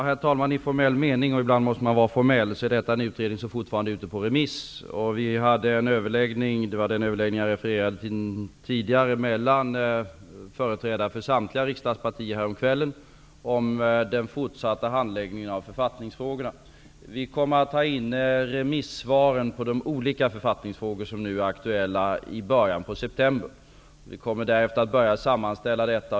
Herr talman! I formell mening -- ibland måste man vara formell -- är detta en utredning som fortfarande är ute på remiss. Vi hade en överläggning häromkvällen, som jag tidigare refererade till, mellan företrädare för samtliga riksdagspartier om den fortsatta handläggningen av författningsfrågorna. Vi kommer att få in remissvaren på de olika författningsfrågor som nu är aktuella i början av september. Därefter kommer vi att börja sammanställa detta.